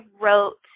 wrote